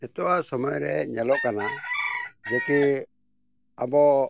ᱱᱤᱛᱳᱜᱼᱟᱜ ᱥᱚᱢᱚᱭ ᱨᱮ ᱧᱮᱞᱚᱜ ᱠᱟᱱᱟ ᱡᱮᱠᱤ ᱟᱵᱚ